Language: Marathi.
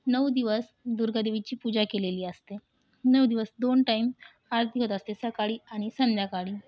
नऊ दिवस दुर्गा देवीची पूजा केलेली असते नऊ दिवस दोन टाईम आरती होत असते सकाळी आणि संध्याकाळी